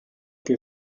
que